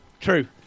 true